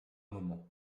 moments